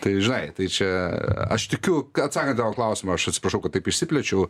tai žinai tai čia aš tikiu kad atsakant tau į klausimą aš atsiprašau kad taip išsiplėčiau